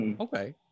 Okay